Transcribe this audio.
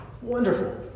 wonderful